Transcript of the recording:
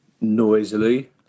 Noisily